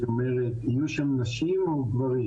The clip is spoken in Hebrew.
היא אומרת יהיו שם נשים או גברים,